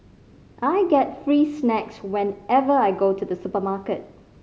I get free snacks whenever I go to the supermarket